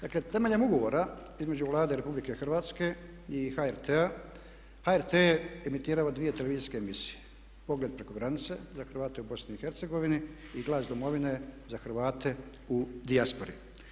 Dakle, temeljem ugovora između Vlade RH i HRT-a, HRT je emitirao dvije televizijske emisije, Pogled preko granice za Hrvate u BIH i Glas Domovine za Hrvate u dijaspori.